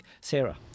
Sarah